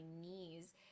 knees